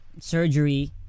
surgery